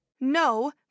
No